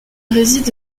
réside